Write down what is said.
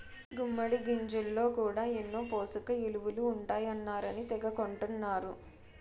గుమ్మిడి గింజల్లో కూడా ఎన్నో పోసకయిలువలు ఉంటాయన్నారని తెగ కొంటన్నరు